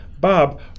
Bob